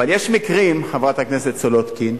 אבל יש מקרים, חברת הכנסת סולודקין,